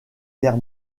guerre